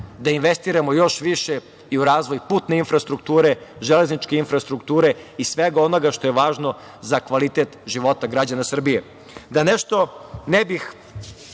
da investiramo još više u razvoj putne infrastrukture, železničke infrastrukture i svega onoga što je važno za kvalitet života građana Srbije. Da nešto ne bih